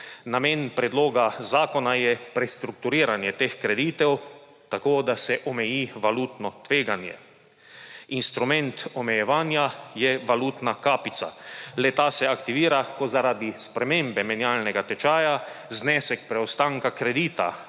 Namen predloga zakona je prestrukturiranje teh kreditov tako, da se omeji valutno tveganje. Instrument omejevanja je valutna kapica. Le-ta se aktivira, ko zaradi spremembe menjalnega tečaja znesek preostanka kredita